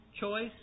choice